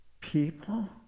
people